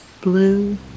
blue